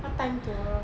what time tomorrow